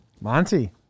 Monty